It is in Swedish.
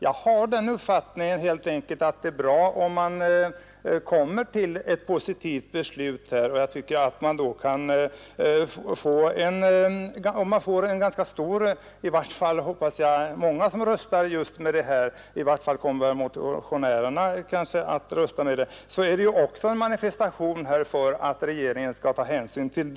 Jag har helt enkelt den uppfattningen att det är bra om vi kommer till ett positivt beslut, och om många röstar för förslaget — i varje fall gör väl motionärerna det — är ju också det en manifestation som regeringen har att ta hänsyn till.